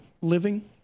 living